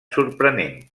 sorprenent